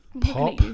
Pop